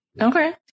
Okay